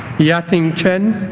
yating chen